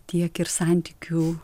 tiek ir santykių